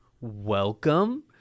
welcome